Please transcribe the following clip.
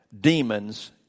demons